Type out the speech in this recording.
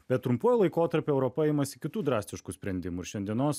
bet trumpuoju laikotarpiu europa imasi kitų drastiškų sprendimų ir šiandienos